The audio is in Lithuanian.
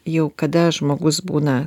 jau kada žmogus būna